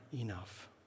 enough